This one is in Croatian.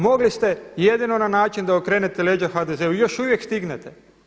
Mogli ste jedino na način da okrenete leđa HDZ-u, još uvijek stignete.